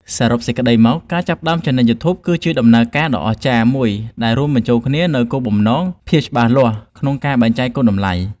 សរុបសេចក្ដីមក ការចាប់ផ្តើមឆានែលយូធូប គឺជាដំណើរការដ៏អស្ចារ្យមួយដែលរួមបញ្ចូលគ្នានូវ គោលបំណង ភាពច្បាស់លាស់ក្នុងការចែករំលែកគុណតម្លៃ ។